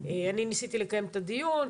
אני ניסיתי לקיים את הדיון.